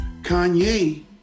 Kanye